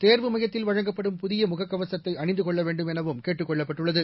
தேர்வு னமயத்தில் வழங்கப்படும் புதிய முகக்கவசத்தை அணிந்து கொள்ள வேண்டும் எனவும் கேட்டுக் கொள்ளப்பட்டுள்ளது